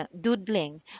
doodling